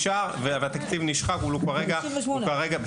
והתקציב נשחק, הוא כרגע --- 58.